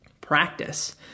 Practice